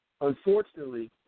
Unfortunately